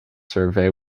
survey